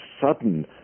sudden